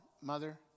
mother